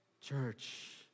Church